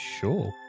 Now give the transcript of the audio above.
Sure